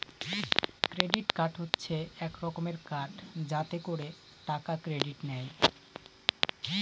credit card হচ্ছে এক রকমের কার্ড যাতে করে টাকা ক্রেডিট নেয়